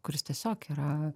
kuris tiesiog yra